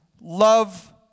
love